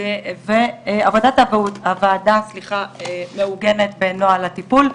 עבודת הוועדה מעוגנת בנוהל הטיפול,